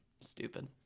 stupid